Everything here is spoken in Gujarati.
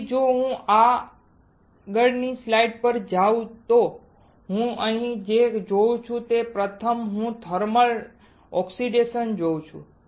તેથી જો હું આગળની સ્લાઇડ પર જાઉં તો હું અહીં જે જોઉં છું તે પ્રથમ હું થર્મલ ઓક્સિડેશન જોઉં છું